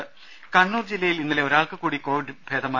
ദേദ കണ്ണൂർ ജില്ലയിൽ ഇന്നലെ ഒരാൾക്ക് കൂടി കോവിഡ് ഭേദമായി